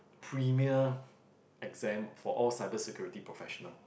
premier exam for all cyber security professional